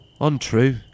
Untrue